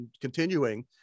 continuing